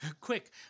quick